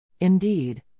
Indeed